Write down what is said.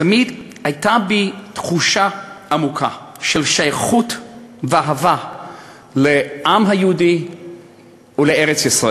תמיד הייתה בי תחושה עמוקה של שייכות ואהבה לעם היהודי ולארץ-ישראל.